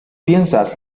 piensas